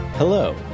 Hello